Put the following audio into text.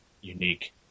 unique